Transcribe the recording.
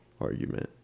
argument